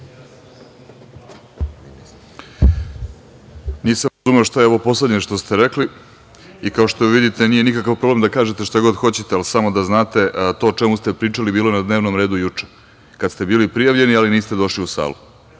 Nisam razumeo šta je ovo poslednje što ste rekli i, kao što vidite, nije nikakav problem da kažete šta god hoćete, ali, samo da znate, to o čemu ste pričali bilo je na dnevnom redu juče, kada ste bili prijavljeni, ali niste došli u salu. Samo